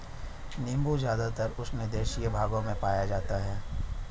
नीबू ज़्यादातर उष्णदेशीय भागों में पाया जाता है